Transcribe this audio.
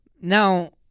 now